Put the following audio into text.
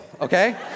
okay